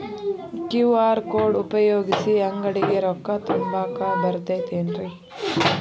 QR code ಉಪಯೋಗಿಸಿ, ಅಂಗಡಿಗೆ ರೊಕ್ಕಾ ತುಂಬಾಕ್ ಬರತೈತೇನ್ರೇ?